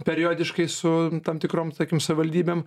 periodiškai su tam tikrom sakykim savivaldybėm